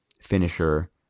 finisher